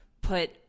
put